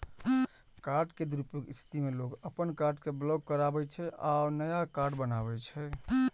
card के दुरुपयोगक स्थिति मे लोग अपन कार्ड कें ब्लॉक कराबै छै आ नया कार्ड बनबावै छै